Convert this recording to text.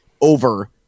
over